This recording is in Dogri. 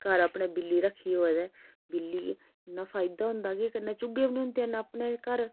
घर अपने बिल्ली रक्खी दी होऐ ते बिल्ली इन्ना फायदा होंदा कि कन्नै चूहे बी नी होंदे अपने घर